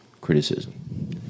criticism